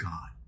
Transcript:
God